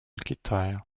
китая